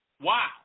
Wow